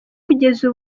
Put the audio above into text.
kugeza